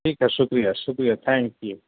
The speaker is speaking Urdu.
ٹھیک ہے شکریہ شکریہ تھینک یو